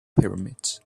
pyramids